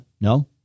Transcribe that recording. No